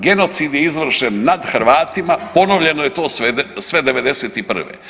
Genocid je izvršen nad Hrvatima, ponovljeno je to sve '91.